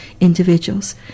individuals